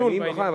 אני מוכן.